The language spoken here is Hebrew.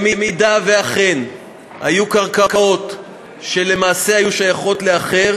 אם אכן היו קרקעות שהיו שייכות לאחר,